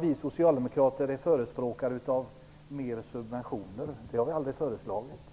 Vi socialdemokrater förespråkar inte mer av subventioner. Det har vi aldrig föreslagit.